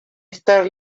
estar